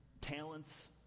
talents